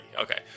okay